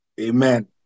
Amen